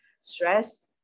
Stress